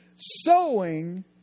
Sowing